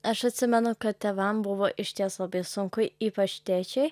aš atsimenu kad tėvam buvo išties labai sunku ypač tėčiui